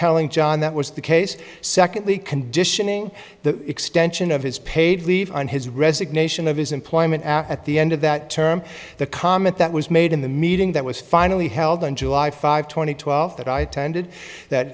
telling john that was the case secondly conditioning the extension of his paid leave on his resignation of his employment at the end of that term the comment that was made in the meeting that was finally held on july five two thousand and twelve that i attended that